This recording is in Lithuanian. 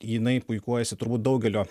jinai puikuojasi turbūt daugelio